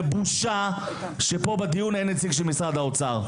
בושה שפה בדיון אין נציג של משרד האוצר.